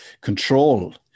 control